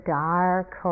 dark